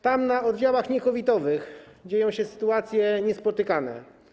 Tam na oddziałach nie-COVID-owych dzieją się sytuacje niespotykane.